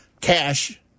cash